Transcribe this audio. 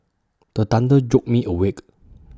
the thunder jolt me awake